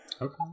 Okay